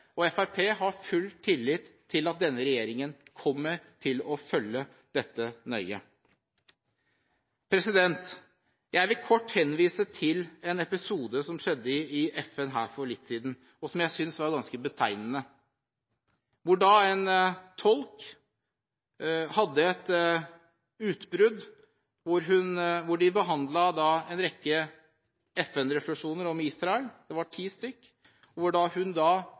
brukes. Fremskrittspartiet har full tillit til at denne regjeringen kommer til å følge dette nøye. Jeg vil kort henvise til en episode som skjedde i FN for litt siden, og som jeg synes var ganske betegnende. En tolk hadde et utbrudd da man behandlet en rekke FN-resolusjoner om Israel, det var ti stykker, og hun